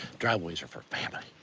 driveways are for family.